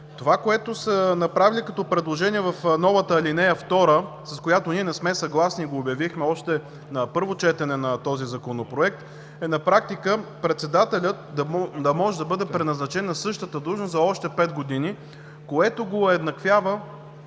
Това, което е направено като предложение в новата ал. 2, с която ние не сме съгласни и го обявихме още на първо четене на този Законопроект, е на практика председателят да може да бъде преназначен на същата длъжност за още пет години, което го уеднаквява